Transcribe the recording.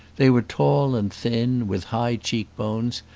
they were tall and thin, with high cheek-bones,